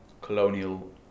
colonial